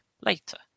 later